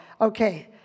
Okay